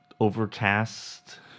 overcast